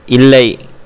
இல்லை